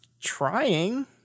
trying